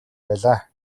байлаа